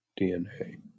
dna